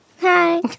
Hi